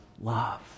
love